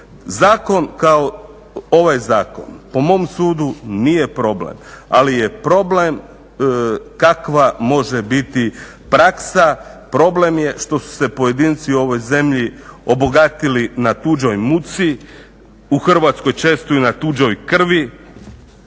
Zakon kao, ovaj Zakon po mom sudu nije problem, ali je problem kakva može biti praksa, problem je što su se pojedinci u ovoj zemlji obogatili na tuđoj muci, u Hrvatskoj često i na tuđoj krvi.